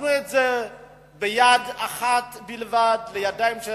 נתנו את זה ביד אחת בלבד, בידיים של